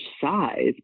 size